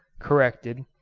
corrected,